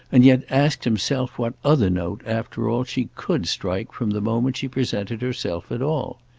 and yet asked himself what other note, after all, she could strike from the moment she presented herself at all.